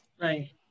right